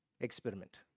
Experiment